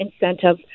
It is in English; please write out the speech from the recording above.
incentive